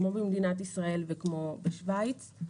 כמו במדינת ישראל וכמו בשוויץ,